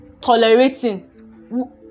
tolerating